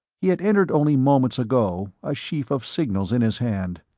he had entered only moments ago, a sheaf of signals in his hand.